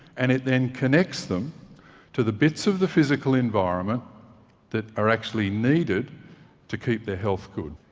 and it then connects them to the bits of the physical environment that are actually needed to keep their health good.